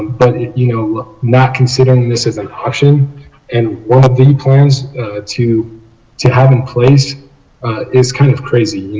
but you know not considering this as an option and one of the plans to to have in place is kind of crazy.